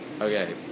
Okay